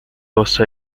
also